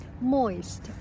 moist